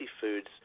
foods